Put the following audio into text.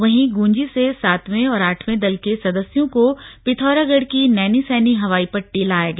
वहीं गुंजी से सातवें और आठवें दल के सदस्यों को पिथौरागढ़ की नैनीसैनी हवाई पट्टी लाया गया